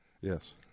yes